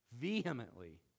vehemently